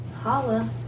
Holla